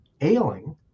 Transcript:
ailing